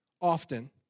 Often